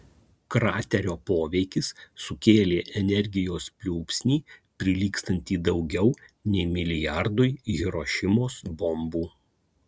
kraterio poveikis sukėlė energijos pliūpsnį prilygstantį daugiau nei milijardui hirošimos bombų